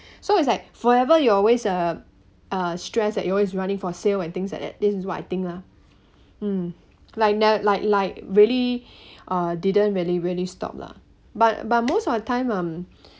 so it's like forever you always uh uh stressed that you always running for sale when things like that this is what I think lah mm like now like like really uh didn't really really stop lah but but most of the time um